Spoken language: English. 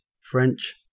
French